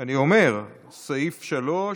אומר סעיף 3,